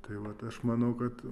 tai vat aš manau kad